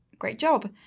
great job.